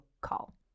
call